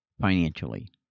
financially